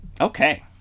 Okay